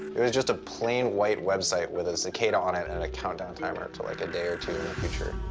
it was just a plain white website with a cicada on it and a countdown timer to like a day or two in the future.